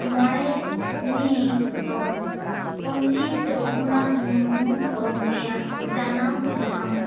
ᱢᱚᱬᱮ ᱢᱮ ᱫᱚ ᱯᱚᱱᱰᱤᱛ ᱨᱟᱹᱜᱷᱩᱱᱟᱛ ᱢᱩᱨᱢᱩ ᱜᱚᱢᱠᱮᱭᱟᱜ ᱡᱟᱱᱟᱢ ᱢᱟᱦᱟ